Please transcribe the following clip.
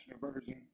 version